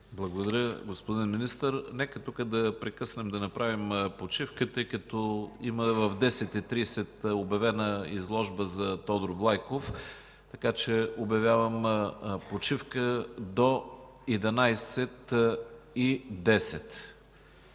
Благодаря Ви, господин Министър. Нека тук да прекъснем и направим почивка, тъй като в 10,30 ч. има обявена изложба за Тодор Влайков. Обявявам почивка до 11,10